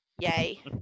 yay